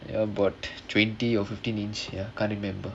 about twenty or fifteen inch ya can't remember